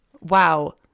wow